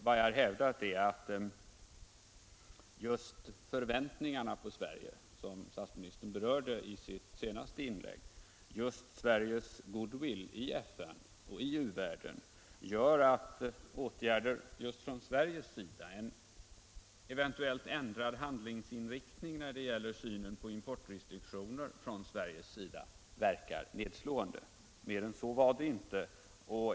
Vad jag har hävdat är att just förväntningarna på Sverige, som statsministern berörde i sitt senaste inlägg, Sveriges goodwill i FN och i u-världen, gör att åtgärder från Sveriges sida — en eventuellt ändrad handlingsinriktning när det gäller synen på importrestriktioner från Sveriges sida — verkar nedslående. Mer än så var det inte.